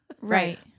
Right